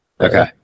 Okay